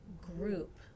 group